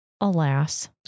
Alas